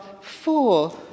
four